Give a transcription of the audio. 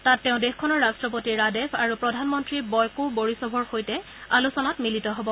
তাত তেওঁ দেশখনৰ ৰট্টপতি ৰাদেভ আৰু প্ৰধানমন্ত্ৰী বয়কো বৰিছভৰ সৈতে আলোচনাত মিলিত হব